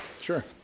Sure